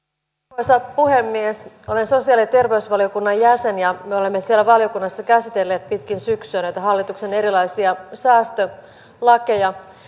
arvoisa puhemies olen sosiaali ja terveysvaliokunnan jäsen ja me olemme siellä valiokunnassa käsitelleet pitkin syksyä näitä hallituksen erilaisia säästölakeja